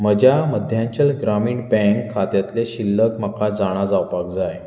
म्हज्या मध्यांचल ग्रामीण बँक खात्यांतली शिल्लक म्हाका जाणा जावपाक जाय